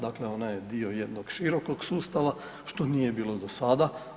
Dakle, ona je dio jednog širokog sustava što nije bilo do sada.